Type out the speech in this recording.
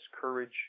courage